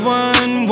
one